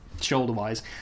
shoulder-wise